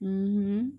mmhmm